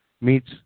meets